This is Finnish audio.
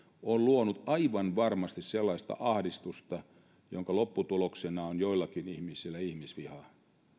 on luonut aivan varmasti sellaista ahdistusta jonka lopputuloksena on joillakin ihmisillä ihmisvihaa